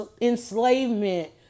enslavement